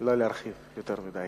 לא להרחיב יותר מדי.